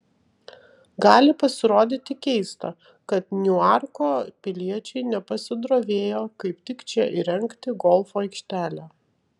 gali pasirodyti keista kad niuarko piliečiai nepasidrovėjo kaip tik čia įrengti golfo aikštelę